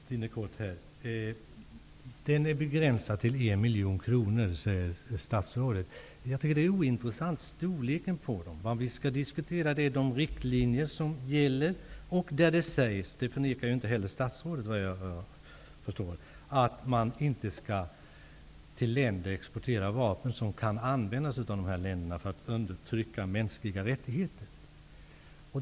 Fru talman! Statsrådet säger att exporten är begränsad till 1 miljon kronor. Jag tycker att storleken på exporten är ointressant. Vad vi skall diskutera är de riktlinjer som gäller. Det sägs där -- och det förnekar heller inte statsrådet, såvitt jag förstår -- att man inte skall exportera vapen till länder som kan använda dessa vapen för att undertrycka mänskliga rättigheter.